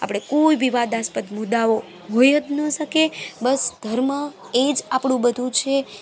આપણે કોઈ વિવાદાસ્પદ મુદ્દાઓ હોઈ જ ન શકે બસ ધર્મ એ જ આપણું બધુ જ છે